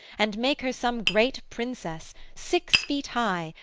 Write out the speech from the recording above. and make her some great princess, six feet high,